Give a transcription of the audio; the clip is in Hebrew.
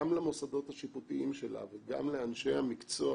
גם למוסדות השיפוטיים שלה וגם לאנשי המקצוע